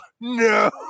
No